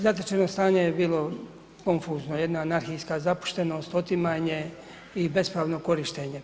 Zatečeno stanje je bilo konfuzno, jedna anarhijska zapuštenost, otimanje i bespravno korištenje.